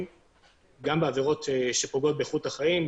גם בעבירות שפוגעות באיכות החיים,